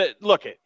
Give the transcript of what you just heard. look